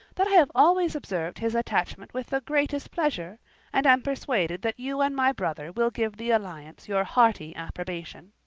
that i have always observed his attachment with the greatest pleasure and am persuaded that you and my brother will give the alliance your hearty approbation.